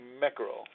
mackerel